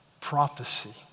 prophecy